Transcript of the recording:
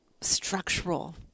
structural